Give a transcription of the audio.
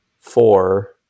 Four